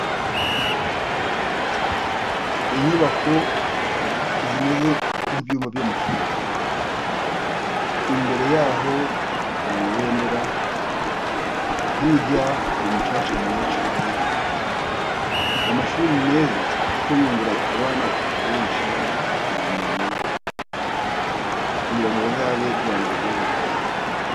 Inyubako zimeze nk'ibyumba by'amashuri. Imbere yaho hari amabendera, hirya hari umucaca mwiza cyane. Amashuri ni meza kuko yungura abana benshi ubumenyi, kugira ngo bazabe u Rwanda rw'ejo rwiza.